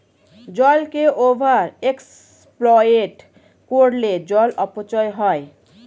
জলকে over exploit করলে জল অপচয় হয়